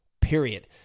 period